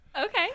Okay